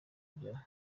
ibyaha